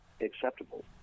acceptable